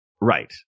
Right